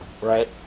right